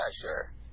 sure